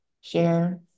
share